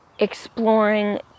exploring